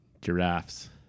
Giraffes